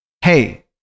hey